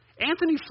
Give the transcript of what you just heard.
Anthony